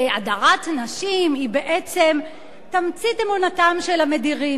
שהדרת נשים היא בעצם תמצית אמונתם של המדירים.